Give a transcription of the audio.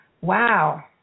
wow